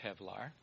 Kevlar